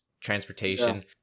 transportation